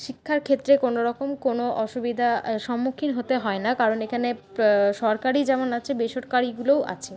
শিক্ষার ক্ষেত্রে কোনোরকম কোনো অসুবিধার সম্মুখীন হতে হয় না কারণ এখানে সরকারি যেমন আছে বেসরকারিগুলোও আছে